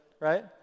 right